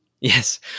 Yes